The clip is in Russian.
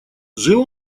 жил